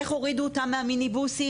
איך הורידו אותם מהמיניבוסים,